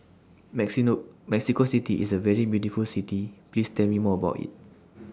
Mexico City IS A very beautiful City Please Tell Me More about IT